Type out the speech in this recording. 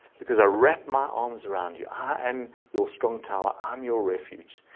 because i wrap my arms around you, i am your strong tower, i'm your refuge.